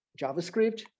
JavaScript